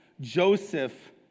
Joseph